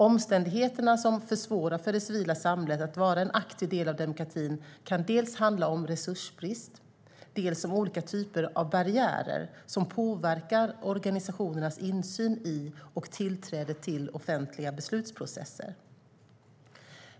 Omständigheter som försvårar för det civila samhället att vara en aktiv del av demokratin kan handla dels om resursbrist, dels om olika typer av barriärer som påverkar organisationernas insyn i och tillträde till offentliga beslutsprocesser.